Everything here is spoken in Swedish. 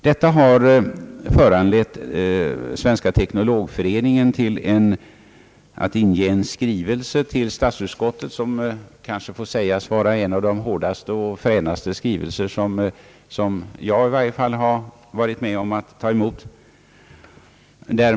Detta har föranlett Svenska teknologföreningen att inge en skrivelse som kanske får sägas vara en av de hårdaste och fränaste skrivelser som i varje fall jag varit med om att ta emot.